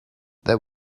there